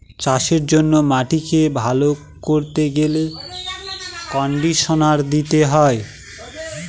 চাষের জন্য মাটিকে ভালো করতে গেলে কন্ডিশনার দিতে হয়